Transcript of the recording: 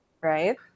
right